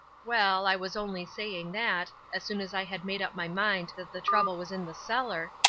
well, i was only saying that, as soon as i had made up my mind that the trouble was in the cellar,